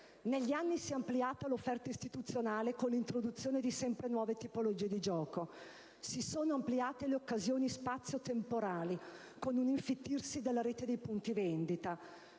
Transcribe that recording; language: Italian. Negli anni si è ampliata l'offerta istituzionale, con l'introduzione di sempre nuove tipologie di gioco. Si sono ampliate le occasioni spazio-temporali, con un infittirsi della rete dei punti vendita.